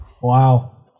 Wow